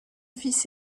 fils